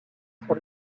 son